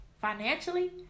financially